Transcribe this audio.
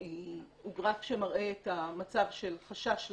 הוא גרף שמראה את המצב של חשש להדבקה.